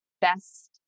best